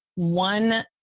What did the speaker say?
One